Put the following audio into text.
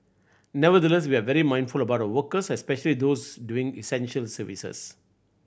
nevertheless we are very mindful about our workers especially those doing essential services